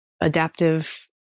adaptive